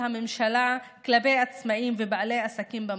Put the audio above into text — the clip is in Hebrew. הממשלה כלפי העצמאים ובעלי העסקים במשבר.